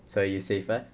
sorry you say first